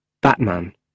Batman